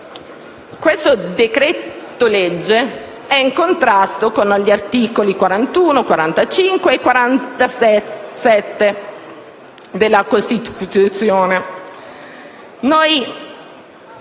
questo decreto‑legge è in contrasto con gli articoli 41, 45 e 47 della Costituzione.